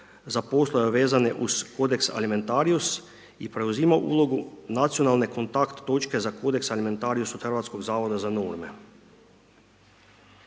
za poslove vezane uz kodeks alimentarijus i preuzima ulogu nacionalne kontakt točke za kodeks alimentarijus od Hrvatskog zavoda za norme.